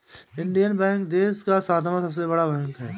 Indian bank देश का सातवां सबसे बड़ा बैंक है